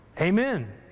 Amen